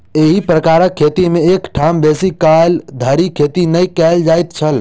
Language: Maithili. एही प्रकारक खेती मे एक ठाम बेसी काल धरि खेती नै कयल जाइत छल